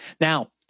Now